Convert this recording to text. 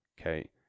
Okay